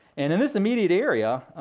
and in this immediate area,